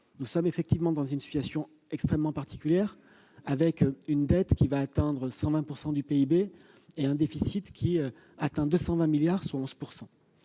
Nous sommes effectivement dans une situation extrêmement particulière, avec une dette qui va atteindre 120 % du PIB et un déficit qui s'élève à 220 milliards d'euros,